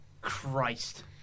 Christ